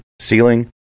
ceiling